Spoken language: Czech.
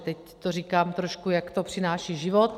Teď to říkám trošku, jak to přináší život.